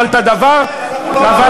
אבל את הדבר העיקרי,